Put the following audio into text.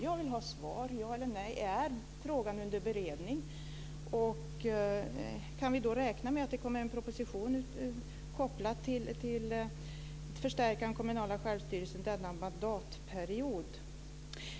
Jag vill ha svar, ett ja eller ett nej, på om frågan är under beredning. Kan vi räkna med att det kommer en proposition om ett förstärkande av den kommunala självstyrelsen under denna mandatperiod?